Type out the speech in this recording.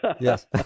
Yes